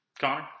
Connor